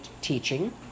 teaching